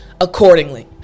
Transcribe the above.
accordingly